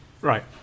Right